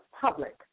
public